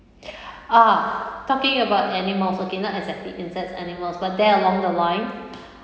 ah talking about animals okay not exactly inserts animals but there along the line